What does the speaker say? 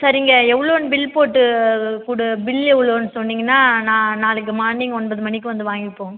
சரிங்க எவ்வளோன்னு பில் போட்டு கொடு பில் எவ்வளோ சொன்னிங்கன்னால் நான் நாளைக்கு மார்னிங் ஒன்பது மணிக்கு வந்து வாங்கிப்போம்